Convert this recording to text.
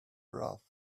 rough